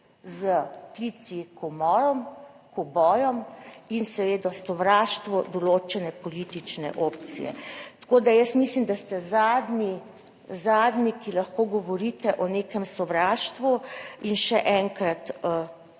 s klici(?) k umorom, k ubojem in seveda sovraštvu določene politične opcije. Tako da, jaz mislim, da ste zadnji, zadnji, ki lahko govorite o nekem sovraštvu in še enkrat, mi